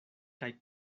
kaj